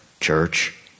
church